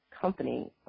company